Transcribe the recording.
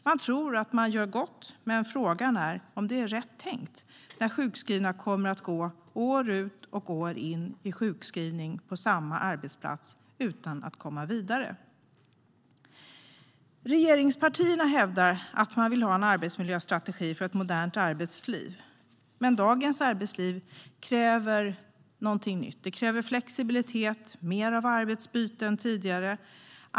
Man tror att man gör gott, men frågan är om det är rätt tänkt när sjukskrivna kommer att gå sjukskriven år ut och år in på samma arbetsplats utan att komma vidare. Regeringspartierna hävdar att man vill ha en arbetsmiljöstrategi för ett modernt arbetsliv. Men dagens arbetsliv kräver något nytt. Det kräver flexibilitet och mer av arbetsbyte än tidigare.